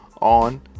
on